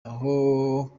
aho